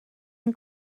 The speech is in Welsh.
ein